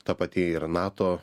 ta pati ir nato